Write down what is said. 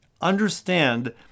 understand